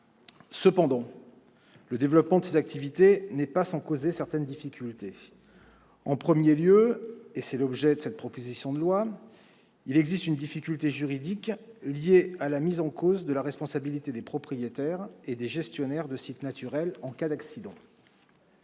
Cependant, le développement de ces activités n'est pas sans causer certaines difficultés. En premier lieu, et c'est l'objet de cette proposition de loi, il existe une difficulté juridique liée à la mise en cause de la responsabilité des propriétaires et des gestionnaires de sites naturels en cas d'accidents.